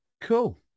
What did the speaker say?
cool